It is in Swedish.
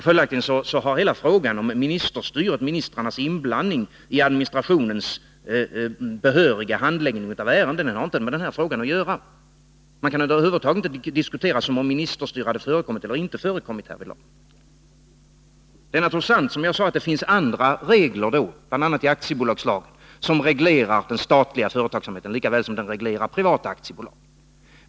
Följaktligen har hela frågan om ministerstyrelse, om ministrarnas inblandning i administrationens behöriga handläggning av ärenden, inte med den här frågan att göra. Man kan över huvud taget inte diskutera som om ministerstyrelse hade förekommit eller inte förekommit härvidlag. Det är naturligtvis sant som jag sade, att det finns andra regler då, bl.a. i aktiebolagslagen, som reglerar den statliga företagsamheten likaväl som den reglerar privata aktiebolag.